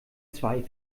zwei